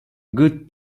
good